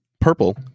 purple